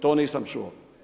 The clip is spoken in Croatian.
To nisam čuo.